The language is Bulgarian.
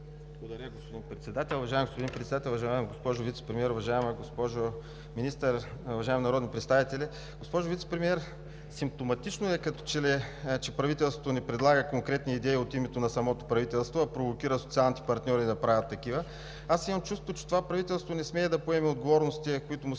Уважаеми господин Председател, уважаема госпожо Вицепремиер, уважаема госпожо Министър, уважаеми народни представители! Госпожо Вицепремиер, като че ли е симптоматично правителството да не предлага конкретни идеи от името на самото правителство, а провокира социалните партньори да правят такива. Имам чувството, че това правителство не смее да поеме отговорностите, които му